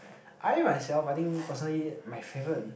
I myself I think personally my favorite